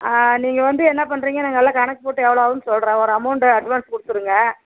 ஆ நீங்கள் வந்து என்ன பண்ணுறீங்க நாங்கெல்லாம் கணக்கு போட்டு எவ்வளோ ஆகுன்னு சொல்கிறேன் ஒரு அமவுண்டு அட்வான்ஸ் கொடுத்துருங்க